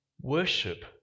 Worship